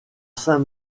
saint